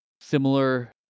similar